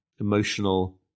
emotional